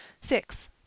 six